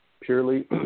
purely